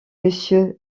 monsieur